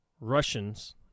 Russians